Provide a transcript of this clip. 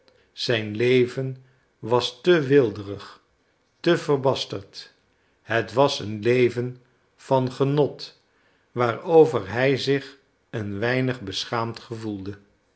zijn leven was te weelderig te verbasterd het was een leven van genot waarover hij zich een weinig beschaamd gevoelde